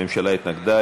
הממשלה התנגדה,